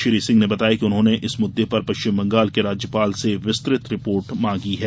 श्री सिंह ने बताया कि उन्होंने इस मुद्दे पर पश्चिम बंगाल के राज्यपाल से विस्तुत रिपोर्ट मांगी है